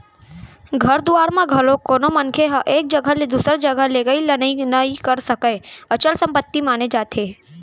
घर दुवार ल घलोक कोनो मनखे ह एक जघा ले दूसर जघा लेगई लनई नइ करे सकय, अचल संपत्ति माने जाथे